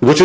which